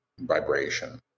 vibration